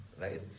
right